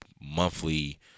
monthly